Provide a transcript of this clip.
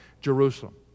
Jerusalem